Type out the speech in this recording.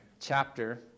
chapter